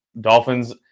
Dolphins